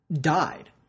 died